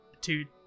dude